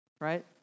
right